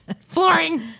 Flooring